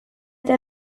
eta